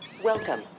Welcome